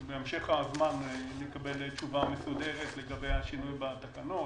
בהמשך נקבל תשובה מסודרת לגבי השינוי בתקנות,